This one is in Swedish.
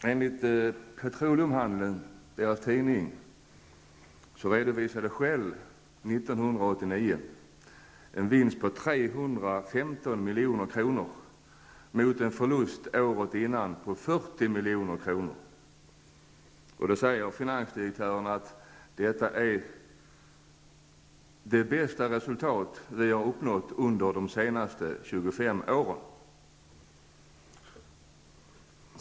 1989 en vinst om 315 milj.kr., detta jämfört med en förlust om 40 milj.kr. året innan. Finansdirektören säger: Detta är det bästa resultat vi har uppnått under de senaste 25 åren.